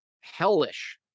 hellish